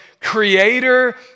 creator